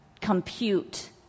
compute